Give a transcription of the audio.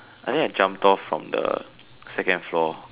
I think I jumped off from the second floor